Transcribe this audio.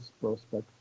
prospect